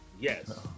Yes